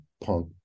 punk